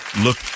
look